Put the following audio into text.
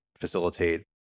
facilitate